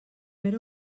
era